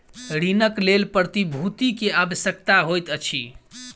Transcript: ऋणक लेल प्रतिभूति के आवश्यकता होइत अछि